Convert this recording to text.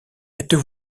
êtes